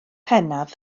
pennaf